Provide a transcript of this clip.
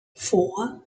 four